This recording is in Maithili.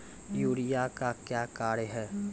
यूरिया का क्या कार्य हैं?